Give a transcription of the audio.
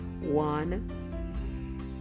one